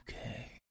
Okay